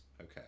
Okay